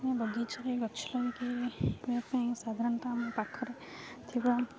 ବଗିଚାରେ ଗଛ ଲଗାଇବା ପାଇଁ ସାଧାରଣତଃ ଆମ ପାଖରେ ଥିବା